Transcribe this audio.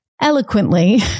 eloquently